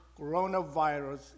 coronavirus